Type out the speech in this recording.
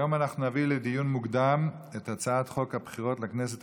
היום אנחנו נביא לדיון מוקדם את הצעת חוק הבחירות לכנסת